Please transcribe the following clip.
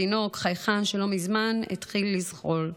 תינוק חייכן שלא מזמן התחיל לזחול,